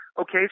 Okay